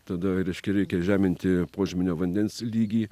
tada reiškia reikia žeminti požeminio vandens lygį